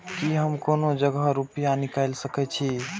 की हम कोनो जगह रूपया निकाल सके छी?